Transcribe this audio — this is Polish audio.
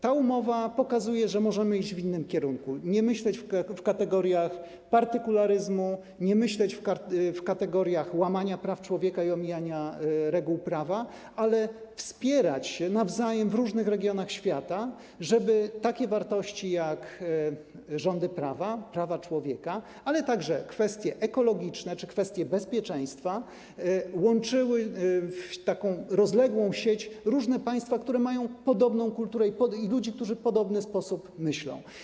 Ta umowa pokazuje, że możemy iść w innym kierunku, nie myśleć w kategoriach partykularyzmu, nie myśleć w kategoriach łamania praw człowieka i omijania reguł prawa, ale wspierać się nawzajem w różnych regionach świata, żeby takie wartości jak rządy prawa, prawa człowieka, ale także kwestie ekologiczne czy kwestie bezpieczeństwa łączyły w taką rozległą sieć różne państwa, które mają podobną kulturę, i ludzi, którzy w podoby sposób myślą.